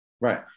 Right